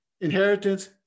inheritance